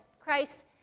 christ